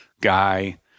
guy